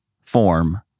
form